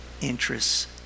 interests